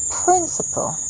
principle